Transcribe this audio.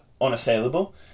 unassailable